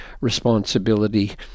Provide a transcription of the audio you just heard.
responsibility